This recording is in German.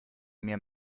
mir